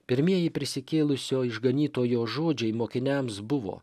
pirmieji prisikėlusio išganytojo žodžiai mokiniams buvo